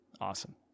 Awesome